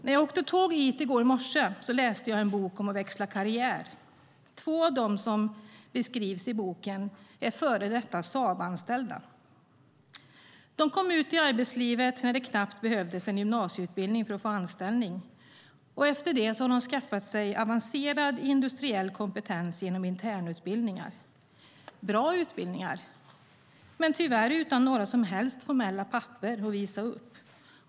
När jag åkte tåg hit i går morse läste jag en bok om att växla karriär. Två av dem som beskrivs i boken är före detta Saab-anställda. De kom ut i arbetslivet när det knappt behövdes en gymnasieutbildning för att få anställning. Efter det har de skaffat sig avancerad industriell kompetens genom internutbildningar. Det har varit bra utbildningar, men tyvärr utan några som helst formella papper att visa upp.